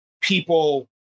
people